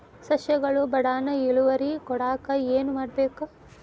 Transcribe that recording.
ಸಸ್ಯಗಳು ಬಡಾನ್ ಇಳುವರಿ ಕೊಡಾಕ್ ಏನು ಮಾಡ್ಬೇಕ್?